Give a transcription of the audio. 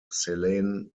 selene